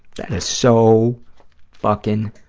that is so fucking